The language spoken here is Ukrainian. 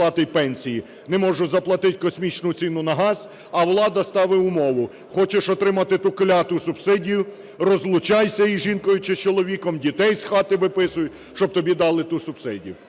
не можуть заплатити космічну ціну на газ, а влада ставить умову: хочеш отримати ту кляту субсидію – розлучайся з жінкою чи чоловіком, дітей з хати виписуй, щоб тобі дали ту субсидію,